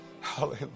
Hallelujah